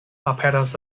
aperas